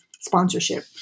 sponsorship